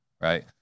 right